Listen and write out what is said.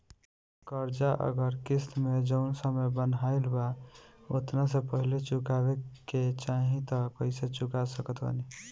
कर्जा अगर किश्त मे जऊन समय बनहाएल बा ओतना से पहिले चुकावे के चाहीं त कइसे चुका सकत बानी?